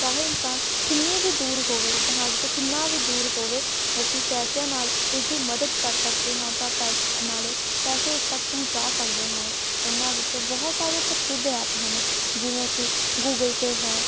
ਚਾਹੇ ਇਨਸਾਨ ਕਿੰਨੀ ਵੀ ਦੂਰ ਹੋਵੇ ਜਾਂ ਸਾਡੇ ਤੋਂ ਕਿੰਨਾ ਵੀ ਦੂਰ ਹੋਵੇ ਅਸੀਂ ਪੈਸਿਆਂ ਨਾਲ ਉਸ ਦੀ ਮਦਦ ਕਰ ਸਕਦੇ ਹਾਂ ਤਾਂ ਪੈਸੇ ਨਾਲੇ ਪੈਸੇ ਉਸ ਤੱਕ ਪਹੁੰਚਾ ਸਕਦੇ ਹਨ ਇਹਨਾਂ ਵਿੱਚੋਂ ਬਹੁਤ ਸਾਰੇ ਪ੍ਰਸਿੱਧ ਐਪ ਹਨ ਜਿਵੇਂ ਕਿ ਗੂਗਲ ਪੇ ਹੈ